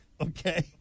Okay